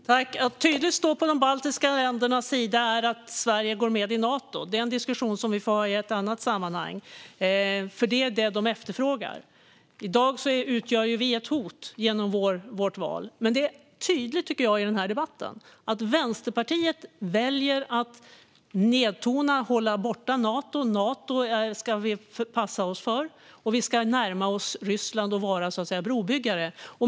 Fru talman! Att tydligt stå på de baltiska ländernas sida är att Sverige går med i Nato. Det är en diskussion som vi för i ett annat sammanhang, för det är det de efterfrågar. I dag utgör vi ett hot genom vårt val. Jag tycker att det är tydligt i debatten att Vänsterpartiet väljer att tona ned och hålla Nato borta. Nato ska vi passa oss för, tydligen, och i stället närma oss Ryssland och vara brobyggare.